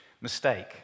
mistake